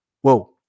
Whoa